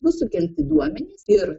bus sukelti duomenys ir